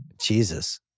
Jesus